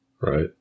Right